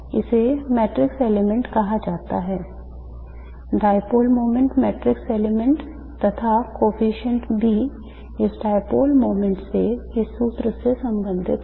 इसे matrix element कहा जाता है dipole moment matrix element तथा coefficient B इस dipole moment से इस सूत्र से संबंधित है